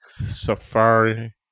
Safari